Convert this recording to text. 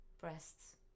Breasts